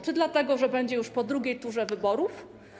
Czy dlatego, że będzie już po drugiej turze wyborów?